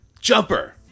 Jumper